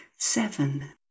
Seven